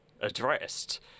addressed